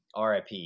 RIP